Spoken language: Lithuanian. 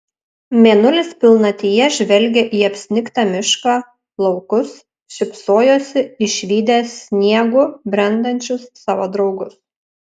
mėnulis pilnatyje žvelgė į apsnigtą mišką laukus šypsojosi išvydęs sniegu brendančius savo draugus